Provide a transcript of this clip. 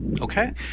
Okay